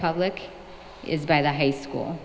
public is by the high school